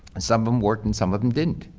and some of them worked and some of them didn't.